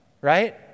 right